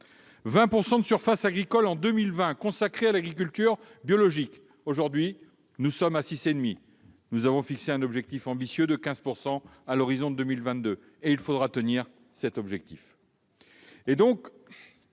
20 % des surfaces agricoles seraient consacrées à l'agriculture biologique en 2020. Aujourd'hui, nous en sommes à 6,5 %. Nous avons fixé un objectif ambitieux de 15 % à l'horizon de 2022, et il faudra le tenir.